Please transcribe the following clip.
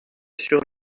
sur